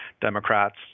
Democrats